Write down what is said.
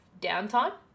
downtime